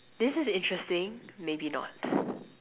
this is interesting maybe not